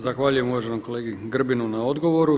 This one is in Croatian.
Zahvaljujem uvaženom kolegi Grbinu na odgovoru.